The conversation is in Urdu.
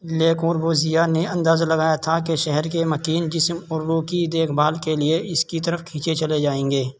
لےکوربوزیہ نے اندازہ لگایا تھا کہ شہر کے مکین جسم اور روح کی دیکھ بھال کے لیے اس کی طرف کھنچے چلے جائیں گے